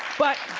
but